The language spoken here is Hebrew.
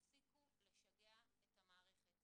תפסיקו לשגע את המערכת.